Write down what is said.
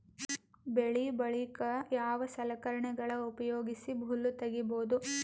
ಬೆಳಿ ಬಳಿಕ ಯಾವ ಸಲಕರಣೆಗಳ ಉಪಯೋಗಿಸಿ ಹುಲ್ಲ ತಗಿಬಹುದು?